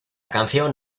canción